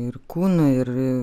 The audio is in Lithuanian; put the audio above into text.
ir kūnu ir